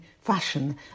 fashion